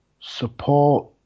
support